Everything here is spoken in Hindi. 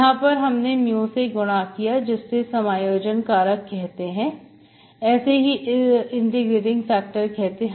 यहां पर हमने mu से गुना किया है जिससे समायोजन कारक कहते हैं ऐसे ही इंटीग्रेटिंग फैक्टर कहते हैं